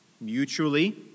mutually